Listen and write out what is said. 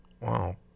Wow